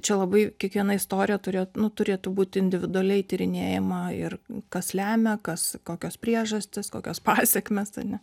čia labai kiekviena istorija turėt nu turėtų būt individualiai tyrinėjama ir kas lemia kas kokios priežastys kokios pasekmės ane